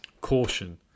Caution